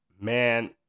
man